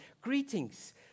greetings